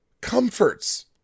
comforts